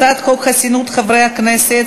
הצעת חוק חסינות חברי הכנסת,